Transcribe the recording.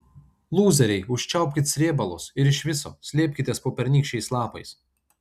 lūzeriai užčiaupkit srėbalus ir iš viso slėpkitės po pernykščiais lapais